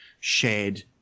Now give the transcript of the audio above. shared